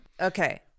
Okay